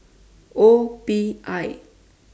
O P I